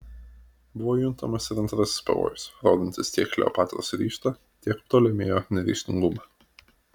buvo juntamas ir antrasis pavojus rodantis tiek kleopatros ryžtą tiek ptolemėjo neryžtingumą